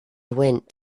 went